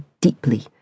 deeply